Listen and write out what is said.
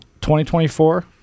2024